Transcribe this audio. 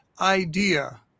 idea